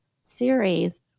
series